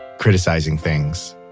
criticizing things,